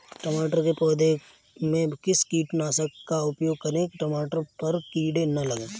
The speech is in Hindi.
टमाटर के पौधे में किस कीटनाशक का उपयोग करें कि टमाटर पर कीड़े न लगें?